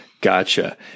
Gotcha